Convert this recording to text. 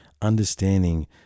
understanding